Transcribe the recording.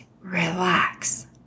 Relax